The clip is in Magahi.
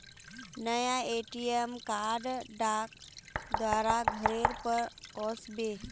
नया ए.टी.एम कार्ड डाक द्वारा घरेर पर ओस बे